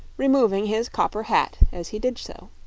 removing his copper hat as he did so.